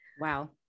wow